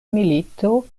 milito